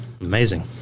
Amazing